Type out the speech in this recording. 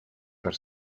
par